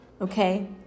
Okay